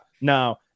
now